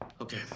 Okay